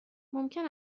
ممکن